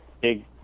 big